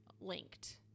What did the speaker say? linked